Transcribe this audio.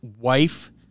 wife